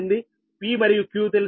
P మరియు Q తెలుసు